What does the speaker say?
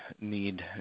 need